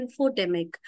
infodemic